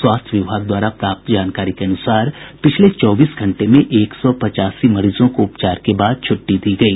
स्वास्थ्य विभाग द्वारा प्राप्त जानकारी के अनुसार पिछले चौबीस घंटे में एक सौ पचासी मरीजों को उपचार के बाद छुट्टी दी गयी